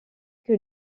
que